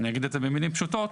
אני אגיד את זה במילים פשוטות,